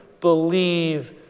believe